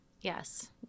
Yes